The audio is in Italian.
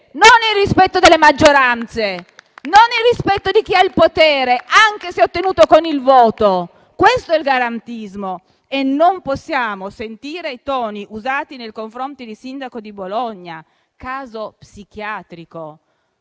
non il rispetto delle maggioranze; non è il rispetto di chi ha il potere, anche se ottenuto con il voto. Questo è il garantismo. E non possiamo sentire i toni usati nei confronti del sindaco di Bologna, definito caso psichiatrico.